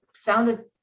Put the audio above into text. sounded